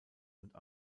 und